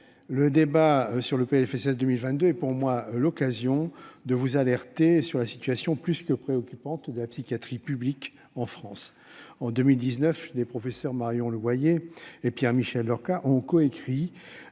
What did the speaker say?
l'examen du PLFSS 2022 m'offre l'occasion de vous alerter sur la situation très préoccupante de la psychiatrie publique en France. En 2019, les professeurs Marion Leboyer et Pierre-Michel Llorca ont coécrit